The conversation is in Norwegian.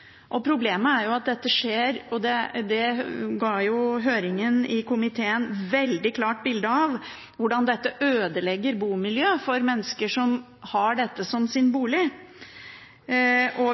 dette. Problemet er at dette skjer, og høringen i komiteen ga et veldig klart bilde av hvordan dette ødelegger bomiljøet for mennesker som har dette som sin bolig.